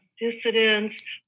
dissidents